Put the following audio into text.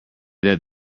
that